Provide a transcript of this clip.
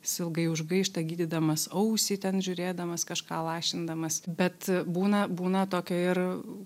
jis ilgai už gaišta gydydamas ausį ten žiūrėdamas kažką lašindamas bet būna būna tokio ir